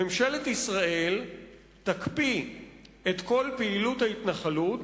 ממשלת ישראל תקפיא את כל פעילות ההתנחלות